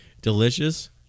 Delicious